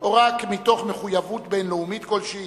או רק מתוך מחויבות בין-לאומית כלשהי,